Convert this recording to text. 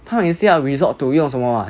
他也是要 resort to 用什么 [what]